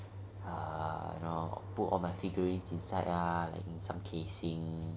uh you know put on like figuring 锦赛 ah in some casing